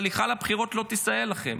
הליכה לבחירות לא תסייע לכם,